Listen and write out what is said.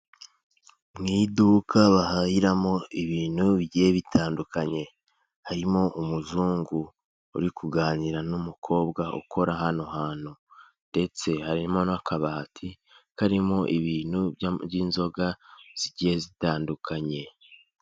Mu iduka bahahiramo ibintu bigiye bitandukanye, harimo umuzungu uri kuganira n'umukobwa ukora hano hantu, ndetse harimo n'akabati karimo ibintu by'inzoga zigiye zitandukanye.